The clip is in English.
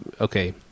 Okay